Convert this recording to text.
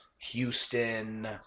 Houston